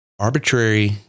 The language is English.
Arbitrary